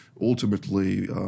Ultimately